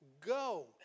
go